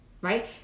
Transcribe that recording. right